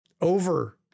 over